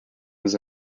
was